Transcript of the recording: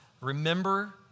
remember